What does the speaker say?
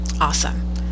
awesome